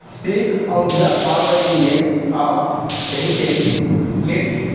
speak out the following names of vehicle hint